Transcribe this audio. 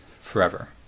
forever